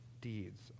deeds